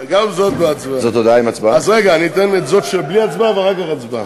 הרווחה והבריאות נתקבלה.